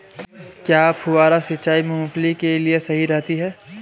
क्या फुहारा सिंचाई मूंगफली के लिए सही रहती है?